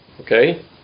Okay